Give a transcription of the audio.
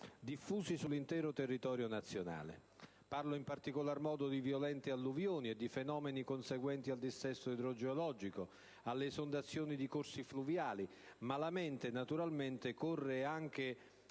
diffusi sull'intero territorio nazionale. Mi riferisco in particolar modo a violente alluvioni e fenomeni conseguenti al dissesto idrogeologico, alle esondazioni di corsi fluviali, ma la mente corre naturalmente, nella